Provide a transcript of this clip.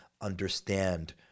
understand